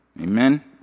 Amen